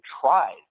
tried